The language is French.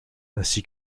ainsi